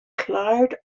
cloud